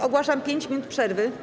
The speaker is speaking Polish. Ogłaszam 5 minut przerwy.